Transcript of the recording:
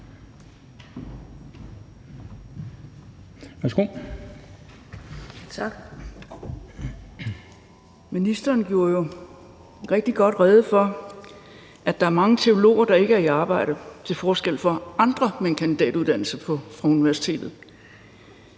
(RV): Tak. Ministeren gjorde jo rigtig godt rede for, at der er mange teologer, der ikke er i arbejde, til forskel fra andre med en kandidatuddannelse fra universitetet.